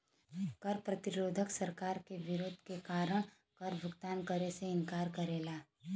कर प्रतिरोध सरकार के विरोध के कारण कर क भुगतान करे से इंकार करला